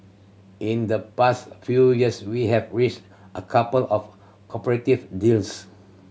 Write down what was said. in the past few years we have reached a couple of cooperative deals